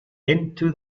into